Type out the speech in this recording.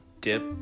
dip